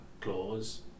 clause